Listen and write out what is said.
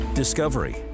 Discovery